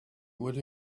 would